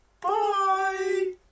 Bye